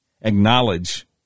acknowledge